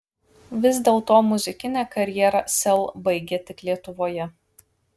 vis dėlto muzikinę karjerą sel baigia tik lietuvoje